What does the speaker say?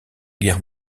guerre